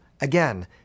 Again